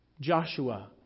Joshua